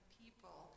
people